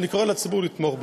ואני קורא לציבור לתמוך בו.